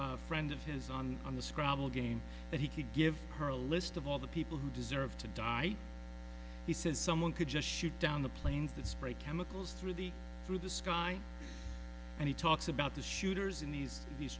this friend of his on on the scrabble game that he could give her a list of all the people who deserved to die he says someone could just shoot down the planes that spray chemicals through the through the sky and he talks about the shooters in these these